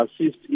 assist